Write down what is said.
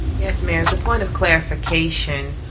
yes, mayor, as a point of clarification,